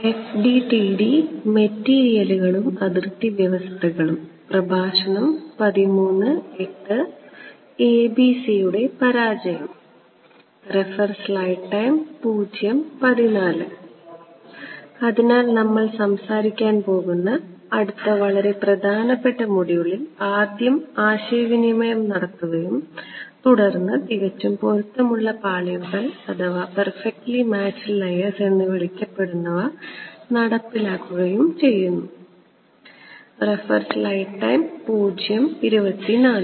ABC യുടെ പരാജയം അതിനാൽ നമ്മൾ സംസാരിക്കാൻ പോകുന്ന അടുത്ത വളരെ പ്രധാനപ്പെട്ട മൊഡ്യൂളിൽ ആദ്യം ആശയവിനിമയം നടത്തുകയും തുടർന്ന് തികച്ചും പൊരുത്തമുള്ള പാളികൾ എന്ന് വിളിക്കപ്പെടുന്നവ നടപ്പിലാക്കുകയും ചെയ്യുക എന്നതാണ്